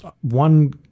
one